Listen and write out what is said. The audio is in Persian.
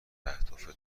اهداف